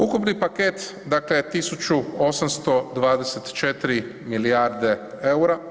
Ukupni paket, dakle 1824 milijarde EUR-a.